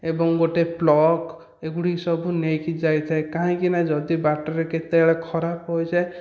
ଏବଂ ଗୋଟିଏ ପ୍ଲଗ ଏଗୁଡ଼ିକ ସବୁ ନେଇକି ଯାଇଥାଏ କାହିଁକିନା ଯଦି ବାଟରେ କେତେବେଳେ ଖରାପ ହୋଇଯାଏ